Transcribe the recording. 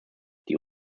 die